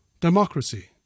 democracy